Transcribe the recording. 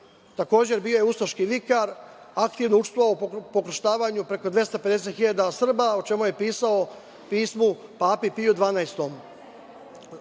Takođe, bio je ustaški vikar, aktivno učestvovao u pokrštavanju preko 250.000 Srba, o čemu je pisao u pismu Papi Piju 12.